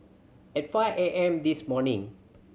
at five A M this morning